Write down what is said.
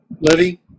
Livy